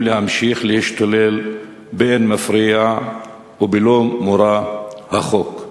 להמשיך להשתולל באין מפריע ובלא מורא החוק.